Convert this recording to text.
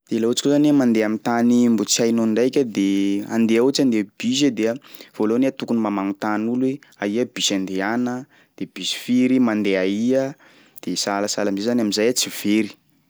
De laha ohatsy koa zany iha mandeha am'tany mbo tsy hainao ndraika de andeha ohatsy hoe andeha bus iha de voalohany a tokony mba magnontany olo hoe aia bus andehana de bus firy mandeha aia? De sahasahala am'zay tsy very.